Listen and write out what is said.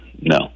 no